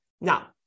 Now